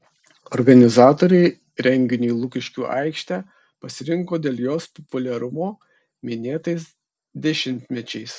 organizatoriai renginiui lukiškių aikštę pasirinko dėl jos populiarumo minėtais dešimtmečiais